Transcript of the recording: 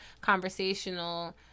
conversational